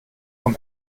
vom